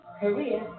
career